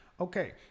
Okay